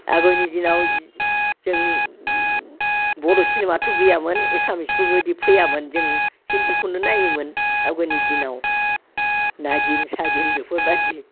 आगयनि दिनाव जों बड' सिनेमाथ' गैयामोन एसामिसफोरबायदि फैयामोन जों हिन्दीखौनो नायोमोन आवगयनि दिनाव नागिन सागिन बेफोरबादि